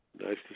Nice